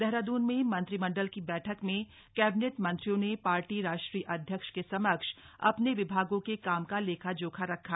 देहरादून में मंत्रिमंडल की बैठक में कैबिनेट मंत्रियों ने पार्टी राष्ट्रीय अध्यक्ष के समक्ष अपने विभागों के काम का लेखा जोखा रखा